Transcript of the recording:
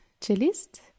cellist